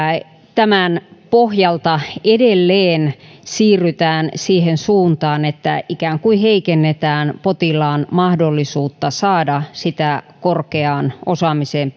tämän pohjalta edelleen siirrytään siihen suuntaan että ikään kuin heikennetään potilaan mahdollisuutta saada se korkeaan osaamiseen